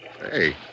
Hey